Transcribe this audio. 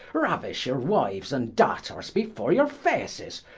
rauish your wiues and daughters before your faces.